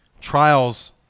trials